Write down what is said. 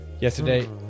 yesterday